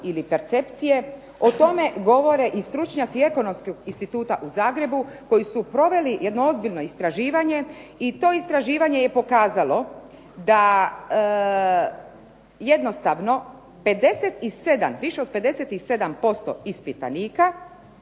ili percepcije o tome govore i stručnjaci Ekonomskog instituta u Zagrebu koji su proveli jedno ozbiljno istraživanje i to istraživanje je pokazalo da jednostavno 57, više od 57% ispitanika